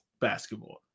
basketball